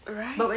right